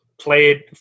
played